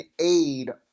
aid